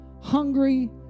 hungry